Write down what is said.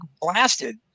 blasted